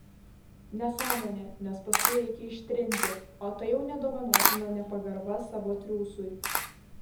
nesąmonė nes paskui reikia ištrinti o tai jau nedovanotina nepagarba savo triūsui